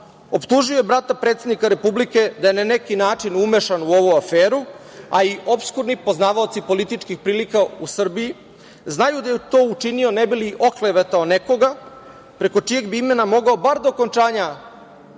optužio brata predsednika Republike da je na neki način umešan u ovu aferu. Opskurni poznavaoci političkih prilika u Srbiji znaju da je to učinio ne bi li oklevetao nekoga preko čijeg bi imena mogao bar do okončanja